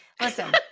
listen